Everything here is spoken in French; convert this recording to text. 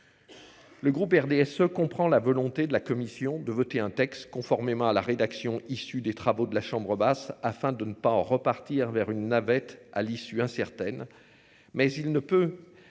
Le groupe RDSE comprend la volonté de la Commission de voter un texte conformément à la rédaction issue des travaux de la chambre basse afin de ne pas repartir vers une navette à l'issue incertaine. Mais il ne peut